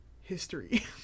history